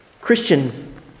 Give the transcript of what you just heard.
Christian